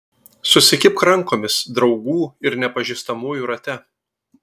susikibk rankomis draugų ir nepažįstamųjų rate